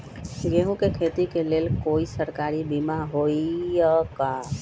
गेंहू के खेती के लेल कोइ सरकारी बीमा होईअ का?